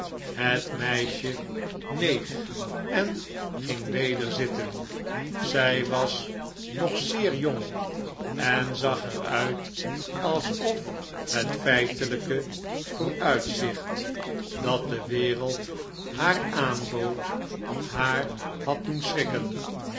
het meisje neeg en ging weder zitten zij was nog zeer jong en zag er uit alsof het feitelijke vooruitzicht dat de wereld haar aanbood haar had doen schrikken